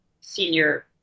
senior